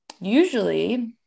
usually